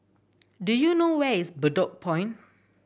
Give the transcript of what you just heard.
do you know where is Bedok Point